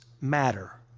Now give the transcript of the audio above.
matter